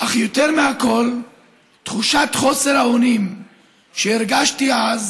אך יותר מכול תחושת חוסר האונים שהרגשתי אז